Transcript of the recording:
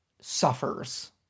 suffers